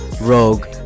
Rogue